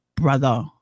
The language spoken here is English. brother